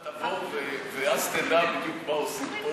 אני מציע שתבוא ואז תדע בדיוק מה עושים פה.